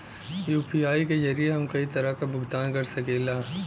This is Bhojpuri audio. यू.पी.आई के जरिये हम कई तरे क भुगतान कर सकीला